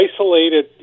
isolated